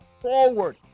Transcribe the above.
forward